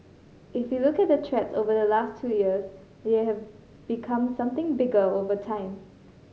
if you look at the threats over the last two years they have become something bigger over time